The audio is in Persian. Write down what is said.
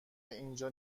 اینجا